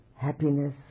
Happiness